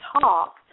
talk